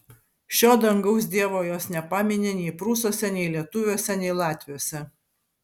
šio dangaus dievo jos nepamini nei prūsuose nei lietuviuose nei latviuose